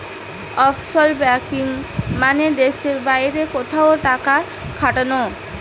offshore banking মানে দেশের বাইরে কোথাও টাকা খাটানো